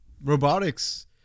Robotics